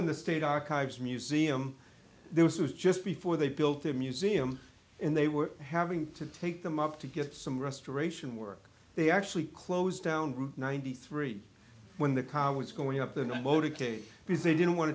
when the state archives museum there was just before they built a museum and they were having to take them up to get some restoration work they actually closed down route ninety three when the car was going up the new motorcade because they didn't want